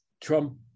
Trump